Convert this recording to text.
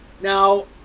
Now